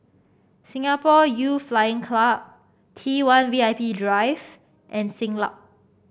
Singapore Youth Flying Club T One V I P Drive and Siglap